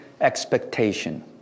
expectation